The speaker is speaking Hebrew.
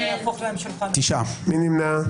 מי נמנע?